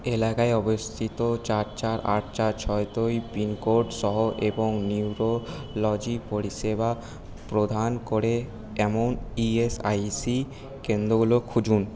এলাকায় অবস্থিত চার চার আট চার ছয় দুই পিন কোড সহ এবং নিউরোলজি পরিষেবা প্রদান করে এমন ই এস আই সি কেন্দ্রগুলো খুঁজুন